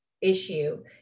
issue